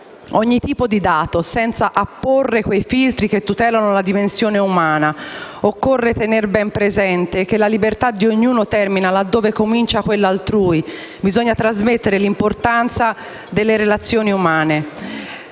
ogni tipo di dato, senza apporre quei filtri che tutelano la dimensione umana. Occorre tenere ben presente che la libertà di ognuno termina laddove comincia quella altrui. Bisogna trasmettere l'importanza delle relazioni umane.